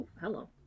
hello